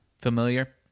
Familiar